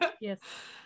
yes